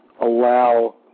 allow –